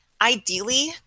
Ideally